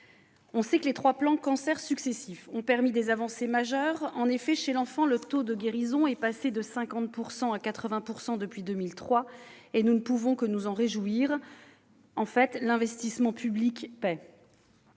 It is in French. On sait que les trois plans Cancer successifs ont permis des avancées majeures. Chez l'enfant, le taux de guérison est passé de 50 % à 80 % depuis 2003. Nous ne pouvons que nous en réjouir. L'investissement public paie.